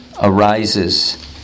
arises